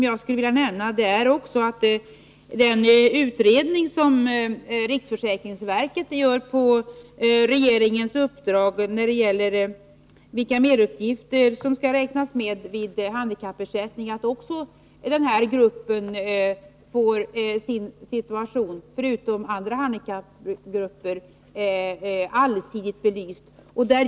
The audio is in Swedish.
Jag vill vidare nämna något om den utredning som riksförsäkringsverket gör på regeringens uppdrag om bl.a. vilka merutgifter som skall räknas med vid handikappersättningen. Där utgår jag från att dialyspatienterna liksom andra handikappgrupper skall få sin situation allsidigt belyst.